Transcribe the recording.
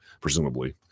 presumably